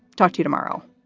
talk to you tomorrow